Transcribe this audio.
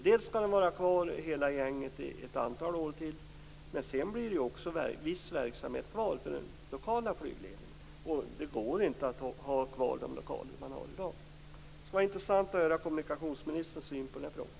Dels skall hela styrkan vara kvar ett antal år till, dels kommer också viss verksamhet i form av lokal flygledning att vara kvar, och den kan inte stanna kvar i de lokaler som man har i dag. Det skulle vara intressant att höra kommunikationsministerns syn på de här frågorna.